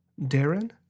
Darren